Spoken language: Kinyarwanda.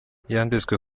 yanditswe